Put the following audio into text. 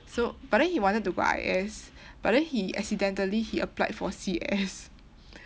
so but then he wanted to go I_S but then he accidentally he applied for C_S